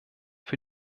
für